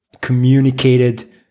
communicated